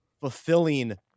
fulfilling